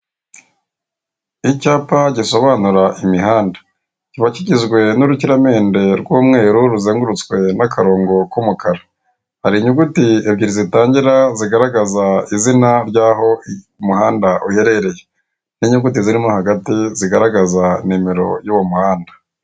Icyapa gisobanura imihanda, kibakigizwe n'urukiramende rw'umweru ruzegurutse nakarongo kumukara. Har'inyuti ebyeri zitangira zigaragaza izina ryaho umuhanda uherereye, ninyuguti zirihagati zigaragaza numero yuwo muhanda.